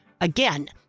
Again